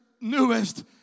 newest